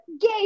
gay